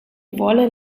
vuole